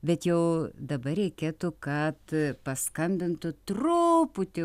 bet jau dabar reikėtų kad paskambintų truputį